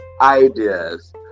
ideas